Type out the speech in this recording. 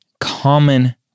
common